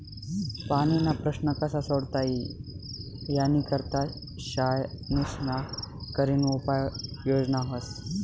पाणीना प्रश्न कशा सोडता ई यानी करता शानिशा करीन उपाय योजना व्हस